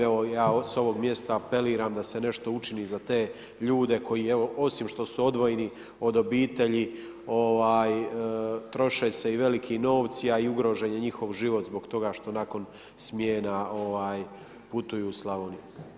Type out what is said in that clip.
Evo, ja s ovog mjesta apeliram da se nešto učini za te ljudi koji evo, osim što su odvojeni od obitelji, troše se i veliki novci, a i ugrožen je njihov život zbog toga što nakon smjena ovaj, putuju u Slavoniju.